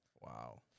Wow